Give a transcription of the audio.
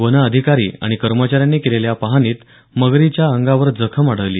one अधिकारी आणि कर्मचाऱ्यांनी केलेल्या पाहणीत मगरीच्या अंगावर जखम आढळली